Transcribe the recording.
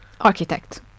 architect